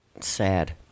Sad